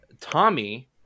Tommy